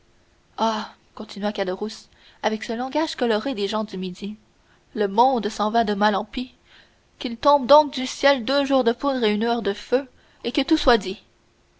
continua caderousse avec ce langage coloré des gens du midi le monde va de mal en pis qu'il tombe donc du ciel deux jours de poudre et une heure de feu et que tout soit dit